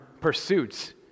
pursuits